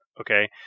Okay